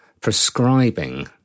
prescribing